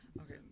okay